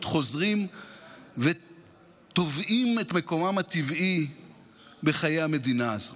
חוזרים ותובעים את מקומם הטבעי בחיי המדינה הזו,